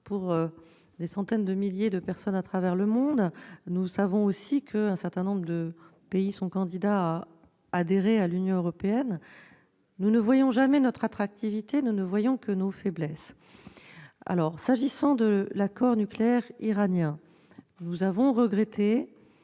pour des centaines de milliers de personnes à travers le monde. Nous savons aussi qu'un certain nombre de pays sont candidats à l'adhésion à l'Union européenne. Nous ne voyons jamais notre attractivité ; nous ne voyons que nos faiblesses. Nous avons regretté